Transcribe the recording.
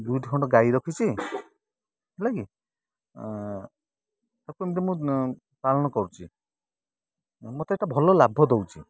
ଦୁଇଟି ଖଣ୍ଡ ଗାଈ ରଖିଛି ହେଲା କି ତାକୁ ଏମିତି ମୁଁ ପାଳନ କରୁଛି ମତେ ଏଇଟା ଭଲ ଲାଭ ଦଉଛି